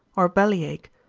or bellyache,